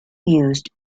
used